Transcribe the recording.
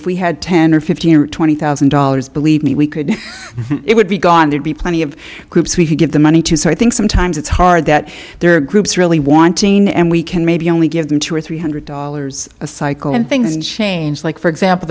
if we had ten or fifteen or twenty thousand dollars believe me we could it would be gone they'd be plenty of groups we could give the money to so i think sometimes it's hard that there are groups really wanting and we can maybe only give them two or three hundred dollars a cycle and things change like for example